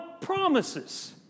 promises